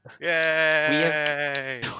Yay